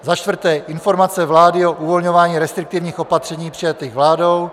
Za čtvrté, informace vlády o uvolňování restriktivních opatření přijatých vládou.